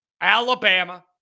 Alabama